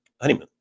honeymoon